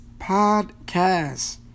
Podcast